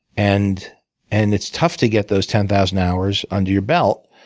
and and it's tough to get those ten thousand hours under your belt